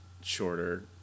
shorter